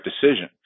decision